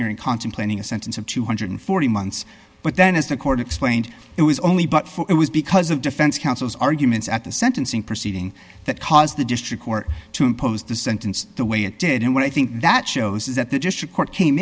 hearing contemplating a sentence of two hundred and forty months but then as the court explained it was only but for it was because of defense counsel's arguments at the sentencing proceeding that caused the district court to impose the sentence the way it did and what i think that shows is that the district court came